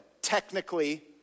Technically